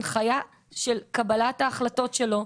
הנחיה של קבלת ההחלטות שלו.